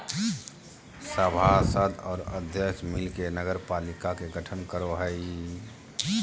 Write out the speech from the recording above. सभासद और अध्यक्ष मिल के नगरपालिका के गठन करो हइ